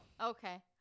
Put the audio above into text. Okay